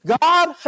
God